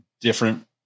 different